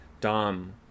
Dom